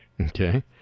okay